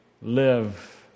live